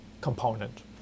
component